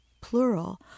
plural